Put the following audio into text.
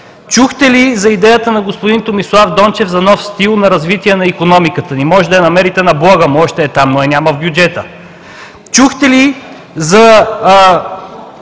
Чухте ли за идеята на господин Томислав Дончев за нов стил на развитие на икономиката ни? Можете да я намерите на блога му, още е там, но я няма в бюджета. Чухте ли за